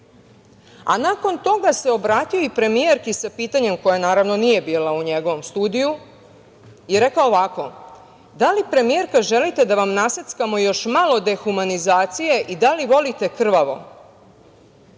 a nakon toga se obratio i premijerki sa pitanjem koja, naravno, nije bila u njegovom studiju i rekao ovako – da li premijerka želite da vam naseckamo još malo dehumanizacije i da li volite krvavo?